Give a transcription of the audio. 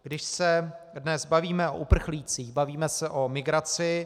Když se dnes bavíme o uprchlících, bavíme se o migraci.